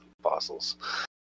fossils